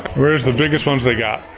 where is the biggest ones they got?